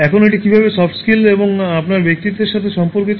এখন এটি কীভাবে সফট স্কিলস এবং আপনার ব্যক্তিত্বের সাথে সম্পর্কিত